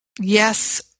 yes